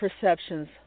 perceptions